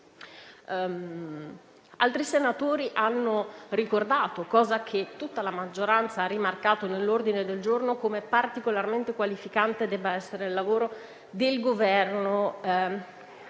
Altri senatori hanno ricordato, come tutta la maggioranza ha rimarcato nell'ordine del giorno, che deve essere particolarmente qualificante il lavoro del Governo